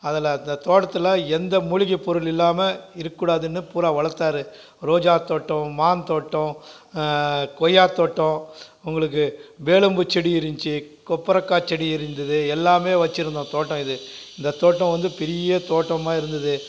அதில் அந்த தோட்டத்தில் எந்த மூலிகை பொருள் இல்லாமல் இருக்கக்கூடாதுனு பூரா வளர்த்தாரு ரோஜா தோட்டம் மாந்தோட்டம் கொய்யா தோட்டம் உங்களுக்கு வேலம்பூ செடி இருந்துச்சு கொப்பரைக்கா செடி இருந்தது எல்லாமே வச்சுருந்தோம் தோட்டம் இது இந்த தோட்டம் வந்து பெரிய தோட்டமாக இருந்தது